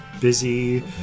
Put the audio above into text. busy